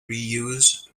reuse